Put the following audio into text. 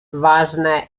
ważne